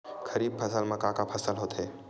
खरीफ फसल मा का का फसल होथे?